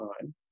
time